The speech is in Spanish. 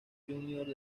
juniors